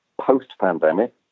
post-pandemic